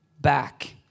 back